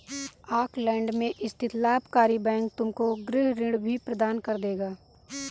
Auckland में स्थित लाभकारी बैंक तुमको गृह ऋण भी प्रदान कर देगा